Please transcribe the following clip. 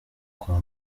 kwa